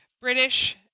British